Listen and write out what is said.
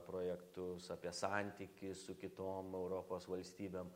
projektus apie santykį su kitom europos valstybėm